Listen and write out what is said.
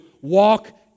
walk